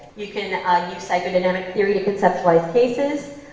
you can ah use psychodynamic theory to conceptualize cases,